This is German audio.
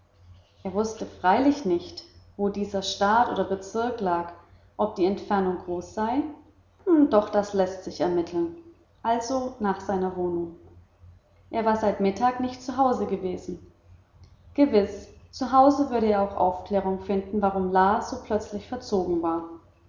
er wußte freilich nicht wo dieser staat oder bezirk lag ob die entfernung groß sei doch das läßt sich ermitteln also nach seiner wohnung er war seit mittag nicht zu hause gewesen gewiß zu hause würde er auch aufklärung finden warum la so plötzlich verzogen war